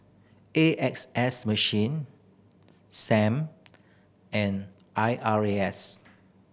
A X S Sam and I R A S